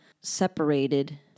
separated